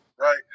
right